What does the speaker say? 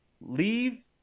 leave